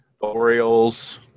Orioles